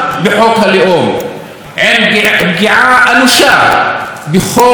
עם פגיעה אנושה בכל עקרונות הדמוקרטיה,